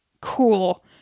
cool